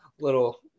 little